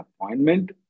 appointment